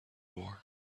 war